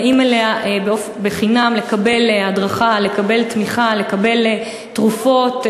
באים אליה לקבל בחינם הדרכה, תמיכה, תרופות,